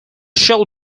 shell